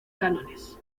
cánones